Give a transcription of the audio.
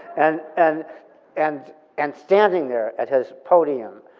and and and and standing there at his podium,